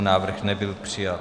Návrh nebyl přijat.